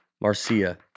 Marcia